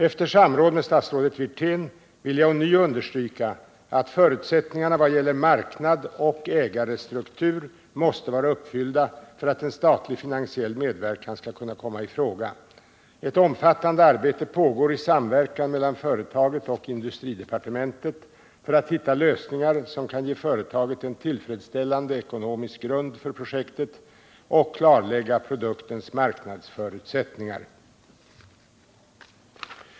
Efter samråd med statsrådet Wirtén vill jag ånyo understryka att förutsättningarna vad gäller marknad och ägarstruktur måste vara uppfyllda för att en statlig finansiell medverkan skall kunna komma i fråga. Ett omfattande arbete pågår i samverkan mellan företaget och industridepartementet för att hitta lösningar som kan ge företaget en tillfredsställande ekonomisk grund för projektet och klarlägga produktens marknadsförutsättningar.